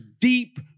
deep